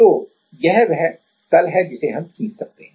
तो यह वह तल है जिसे हम खींच सकते हैं